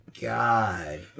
God